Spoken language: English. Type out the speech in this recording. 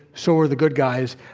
so are the good guys.